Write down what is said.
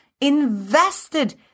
invested